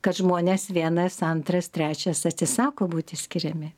kad žmonės vienas antras trečias atsisako būti skiriami